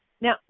Now